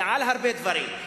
ועל הרבה דברים.